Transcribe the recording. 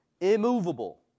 immovable